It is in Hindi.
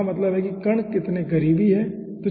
इसका मतलब है कि कण कितने करीबी हैं ठीक है